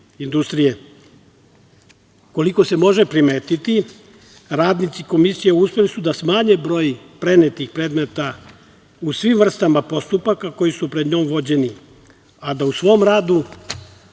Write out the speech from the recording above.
industrije. Koliko se može primetiti, radnici Komisije uspeli su da smanje broj prenetih predmeta u svim vrstama postupaka koji su pred njom vođeni, a da u svom radu